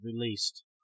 released